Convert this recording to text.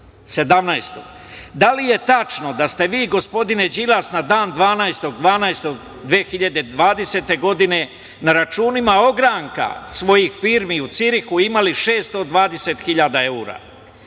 da li je tačno da ste vi, gospodine Đilas, na dan 12. decembar 2020. godine na računima ogranka svojih firmi u Cirihu imali 620.000